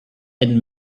and